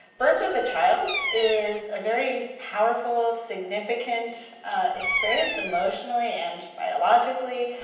birth of a child is a very powerful, significant experience emotionally and biologically.